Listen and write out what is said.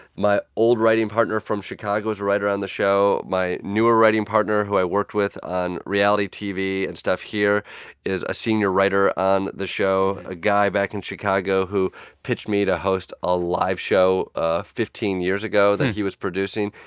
my old writing partner from chicago is a writer on the show. my newer writing partner who i worked with on reality tv and stuff here is a senior writer on the show, a guy back in chicago who pitched me to host a live show fifteen years ago that he was producing.